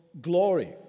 glory